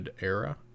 era